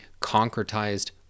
concretized